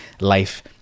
life